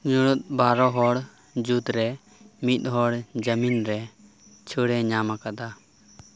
ᱧᱩᱲᱩᱫ ᱵᱟᱨᱚᱦᱚᱲ ᱢᱩᱫᱽᱨᱮ ᱢᱤᱫᱦᱚᱲ ᱡᱟᱢᱤᱱ ᱨᱮ ᱪᱷᱟᱹᱲᱮ ᱧᱟᱢ ᱟᱠᱟᱫᱟ